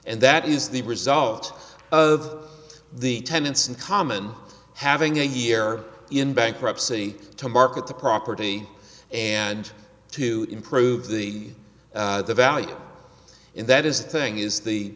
and that is the result of the tenants in common having a year in bankruptcy to market the property and to improve the value and that is the thing is the